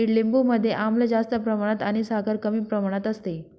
ईडलिंबू मध्ये आम्ल जास्त प्रमाणात आणि साखर कमी प्रमाणात असते